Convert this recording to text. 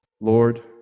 Lord